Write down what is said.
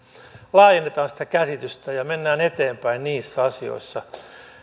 laajennetaan sitä käsitystä ja mennään eteenpäin niissä asioissa